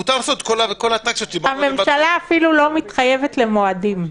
מותר לעשות כל אטרקציות ---- הממשלה אפילו לא מתחייבת למועדים.